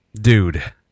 Dude